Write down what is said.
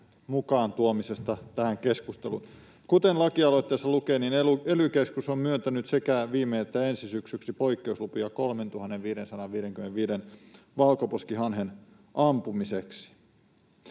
mukaan tuomisesta tähän keskusteluun. Kuten lakialoitteessa lukee, niin ely-keskus on myöntänyt sekä viime että ensi syksyksi poikkeuslupia 3 555 valkoposkihanhen ampumiseksi.